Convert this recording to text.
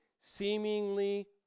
seemingly